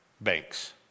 banks